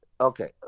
okay